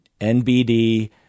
NBD